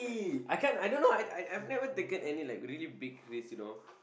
I can't I don't know I I've never taken any like really big risk you know